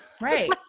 Right